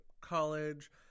college